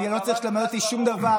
אני לא צריך שתלמד אותי שום דבר.